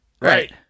Right